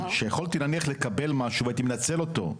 שיכולתי נניח לקבל משהו והייתי מנצל אותו,